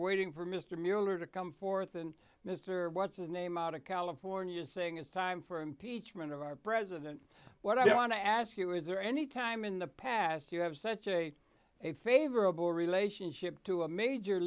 waiting for mr mueller to come forth and mr what's his name out of california saying it's time for impeachment of our president what i want to ask you is there any time in the past you have such a a favorable relationship to a major